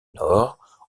nord